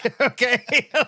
Okay